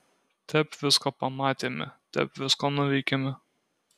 tep visko pamatėme tep visko nuveikėme